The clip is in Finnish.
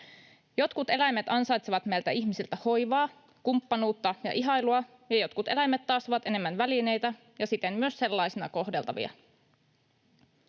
Jotkut eläimet ansaitsevat meiltä ihmisiltä hoivaa, kumppanuutta ja ihailua, ja jotkut eläimet taas ovat enemmän välineitä ja siten myös sellaisina kohdeltavia.